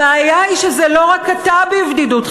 הבעיה היא שזה לא רק אתה בבדידותך,